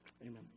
Amen